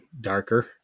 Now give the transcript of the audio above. darker